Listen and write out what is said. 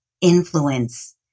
influence